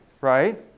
right